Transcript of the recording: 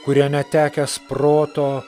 kurią netekęs proto